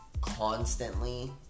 constantly